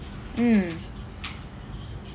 mm